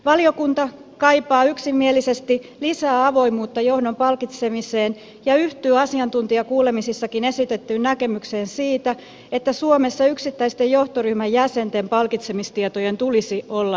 valiokunta kaipaa yksimielisesti lisää avoimuutta johdon palkitsemiseen ja yhtyy asiantuntijakuulemisissakin esitettyyn näkemykseen siitä että suomessa yksittäisten johtoryhmän jäsenten palkitsemistietojen tulisi olla julkisia